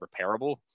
repairable